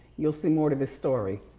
you'll see more to the story.